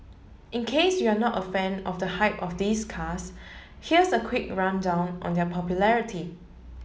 in case you're not a fan of the hype or these cars here's a quick rundown on their popularity